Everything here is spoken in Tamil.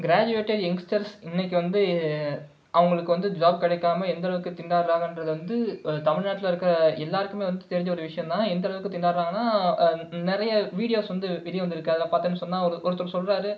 கிராஜூவேட்டர் எங்ஸ்டர்ஸ் இன்றைக்கு வந்து அவர்களுக்கு வந்து ஜாப் கிடைக்காம எந்தளவுக்கு திண்டாடுகிறாங்கன்றத வந்து தமிழ்நாட்டில் இருக்கிற எல்லாேருக்குமே வந்து தெரிஞ்ச ஒரு விஷயம்தான் எந்த அளவுக்கு திண்டாடுகிறாங்கனா நிறைய வீடியோஸ் வந்து வெளியே வந்திருக்கு அதி்ல பார்த்தோம் சொன்னால் ஒரு ஒருத்தர் சொல்றார்